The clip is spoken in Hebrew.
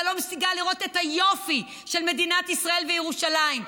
אתה לא מסוגל לראות את היופי של מדינת ישראל וירושלים.